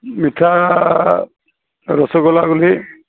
ମିଠା ରସଗୋଲା ଗୋଲି